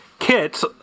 Kits